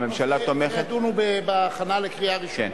הממשלה תומכת --- בזה ידונו בהכנה לקריאה ראשונה.